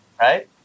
right